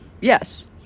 Yes